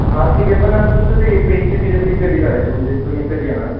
हां ठीक आहे पण तुमचं ते पेजची डिलिवरी कधी करायची म्हणजे तुम्ही कधी येणार आहे